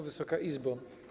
Wysoka Izbo!